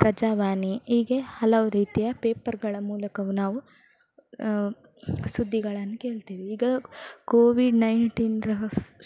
ಪ್ರಜಾವಾಣು ಹೀಗೆ ಹಲವು ರೀತಿಯ ಪೇಪರ್ಗಳ ಮೂಲಕವು ನಾವು ಸುದ್ದಿಗಳನ್ನು ಕೇಳ್ತೇವೆ ಈಗ ಕೋವಿಡ್ ನೈನ್ಟೀನರ